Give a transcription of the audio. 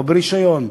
לא ברישיון,